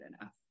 enough